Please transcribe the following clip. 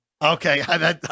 Okay